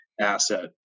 asset